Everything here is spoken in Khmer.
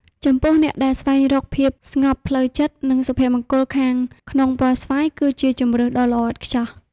ចំពោះអ្នកដែលស្វែងរកភាពស្ងប់ផ្លូវចិត្ត និងសុភមង្គលខាងក្នុងពណ៌ស្វាយគឺជាជម្រើសដ៏ល្អឥតខ្ចោះ។